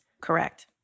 Correct